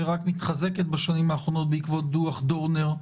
שרק מתחזקת בשנים האחרונות בעקבות דוח דורנר,